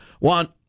want